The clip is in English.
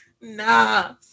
Nah